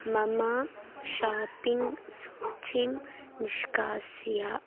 मम शाप्पिङ्ग् सूचीं निष्कास्य